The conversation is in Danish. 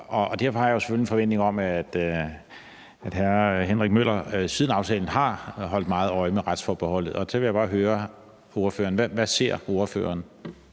Derfor har jeg selvfølgelig en forventning om, at hr. Henrik Møller siden aftalen har holdt meget øje med retsforbeholdet, og så vil jeg